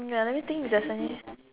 ya let me think if there's any